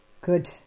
Good